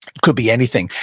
could be anything,